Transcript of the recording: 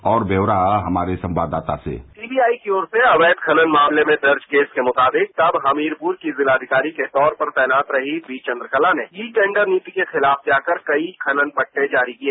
और व्यौरा हमारे संवाददाता से सीबीआई की ओर से अवैध खनन मामले में दर्ज केस के मुताबिक तब हमीरपुर की जिलाधिकारी के तौर पर तैनात रही बी चन्द्रकला ने ई टेन्डर नीति के खिलाफ जाकर कई खनन पट्टे जारी किए